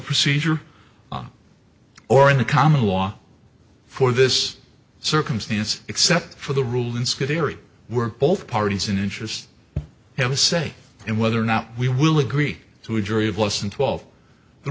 procedure or in the common law for this circumstance except for the rule in scuderi were both parties in interest have a say in whether or not we will agree to a jury of less than twelve the